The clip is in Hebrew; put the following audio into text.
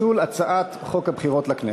הצעת חוק הבחירות לכנסת.